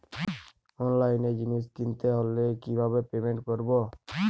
অনলাইনে জিনিস কিনতে হলে কিভাবে পেমেন্ট করবো?